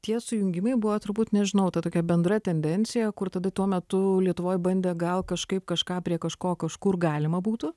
tie sujungimai buvo turbūt nežinau ta tokia bendra tendencija kur tada tuo metu lietuvoj bandė gal kažkaip kažką prie kažko kažkur galima būtų